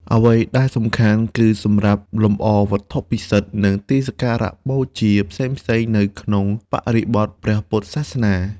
អ្វីដែលសំខាន់ គឺសម្រាប់លម្អវត្ថុពិសិដ្ឋ និងទីសក្ការៈបូជាផ្សេងៗ នៅក្នុងបរិបទព្រះពុទ្ធសាសនា។